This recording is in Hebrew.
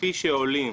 כפי שעולים